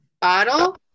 bottle